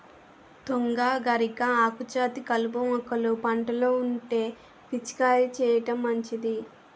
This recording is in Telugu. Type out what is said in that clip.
తుంగ, గరిక, ఆకుజాతి కలుపు మొక్కలు పంటలో ఉంటే పిచికారీ చేయడం మంచిది